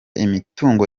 imitungo